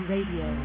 Radio